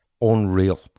unreal